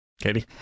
Katie